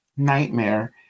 nightmare